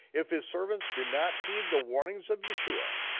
if his servants do not heed the warnings of yeshua,